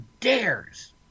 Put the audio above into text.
dares